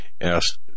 asked